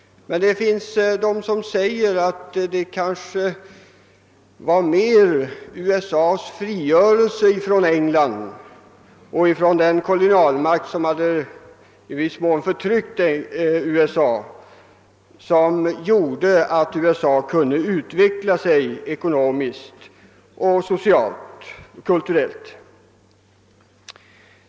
Men det finns de som säger att det kanske i stället var USA:s frigörelse från England, den kolonialmakt som i viss mån hade förtryckt USA, som gjorde att USA kunde utvecklas ekonomiskt, socialt och kulturellt.